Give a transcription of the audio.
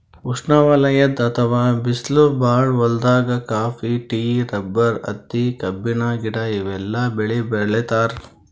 ಉಷ್ಣವಲಯದ್ ಅಥವಾ ಬಿಸ್ಲ್ ಭಾಳ್ ಹೊಲ್ದಾಗ ಕಾಫಿ, ಟೀ, ರಬ್ಬರ್, ಹತ್ತಿ, ಕಬ್ಬಿನ ಗಿಡ ಇವೆಲ್ಲ ಬೆಳಿ ಬೆಳಿತಾರ್